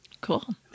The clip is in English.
cool